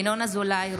ינון אזולאי,